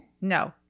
No